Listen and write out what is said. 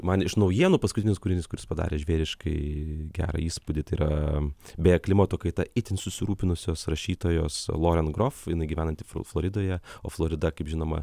man iš naujienų paskutinis kūrinys kuris padarė žvėriškai gerą įspūdį tai yra beje klimato kaita itin susirūpinusios rašytojos loren grof jinai gyvenanti floridoje o florida kaip žinoma